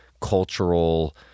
cultural